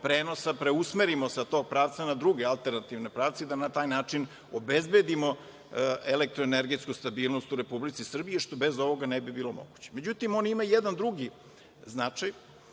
prenosa preusmerimo sa tog pravca na druge alternativne pravce i da na taj način obezbedimo elektroenergetsku stabilnost u Republici Srbiji, što bez ovoga ne bi bilo moguće.Međutim, on ima i jedan drugi značaj